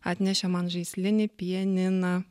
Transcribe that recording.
atnešė man žaislinį pianiną